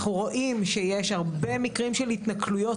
אנחנו רואים שיש הרבה מקרים של התנכלויות